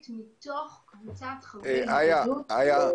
איה,